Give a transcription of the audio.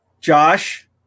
Josh